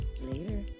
later